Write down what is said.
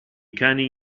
cani